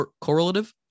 correlative